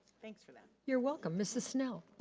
thanks for that. you're welcome. mrs. snell.